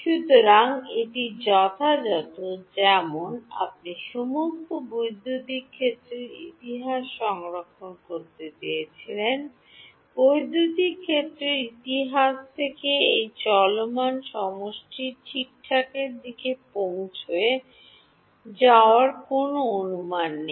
সুতরাং এটি যথাযথ যেমন আপনি সমস্ত বৈদ্যুতিক ক্ষেত্রের ইতিহাস সংরক্ষণ করতে চেয়েছিলেন বৈদ্যুতিক ক্ষেত্রের ইতিহাস থেকে এই চলমান সমষ্টি ঠিকঠাকের দিকে পৌঁছে যাওয়ার কোনও অনুমান নেই